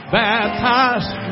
baptized